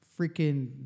freaking